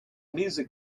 music